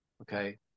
okay